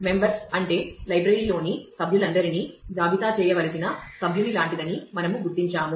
members అంటే లైబ్రరీలోని సభ్యులందరినీ జాబితా చేయవలసిన సభ్యునిలాంటిదని మనము గుర్తించాము